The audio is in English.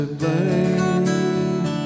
blame